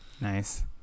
Nice